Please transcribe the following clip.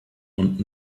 und